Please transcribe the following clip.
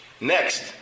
Next